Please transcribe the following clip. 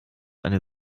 eine